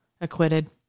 acquitted